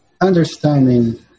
understanding